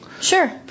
Sure